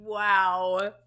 Wow